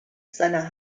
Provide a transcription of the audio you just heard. seiner